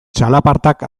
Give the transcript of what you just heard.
txalapartak